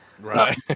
Right